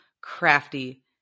crafty